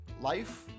Life